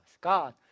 God